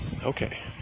Okay